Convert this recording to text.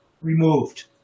removed